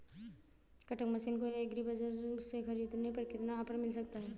Cutter machine को agri बाजार से ख़रीदने पर कितना ऑफर मिल सकता है?